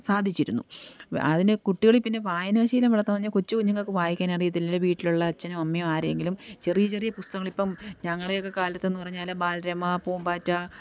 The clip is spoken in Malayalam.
സാധിച്ചിരുന്നു അതിനു കുട്ടികളില് പിന്നെ വായനാശീലം വളർത്തുക എന്ന് പറഞ്ഞാല് കൊച്ചു കുഞ്ഞുങ്ങള്ക്ക് വായിക്കാനറിയത്തില്ല അല്ലേ വീട്ടിലുള്ള അച്ഛനോ അമ്മയോ ആരെങ്കിലും ചെറിയ ചെറിയ പുസ്തകങ്ങളിപ്പോള് ഞങ്ങളുടെയൊക്കെ കാലത്തെന്നു പറഞ്ഞാല് ബാലരമ പൂമ്പാറ്റ